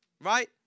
right